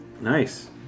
Nice